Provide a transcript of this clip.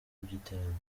by’iterambere